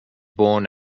born